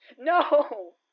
No